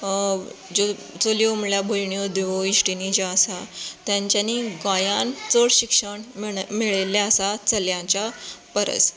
ज्यो चलयो म्हणल्यार भयण्यो ज्यो इश्टिण्यो ज्यो आसात तांच्यानी गोंयांत चड शिक्षण मेळिल्लें आसात चल्यांच्या परस